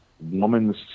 woman's